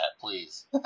please